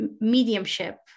mediumship